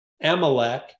Amalek